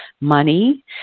money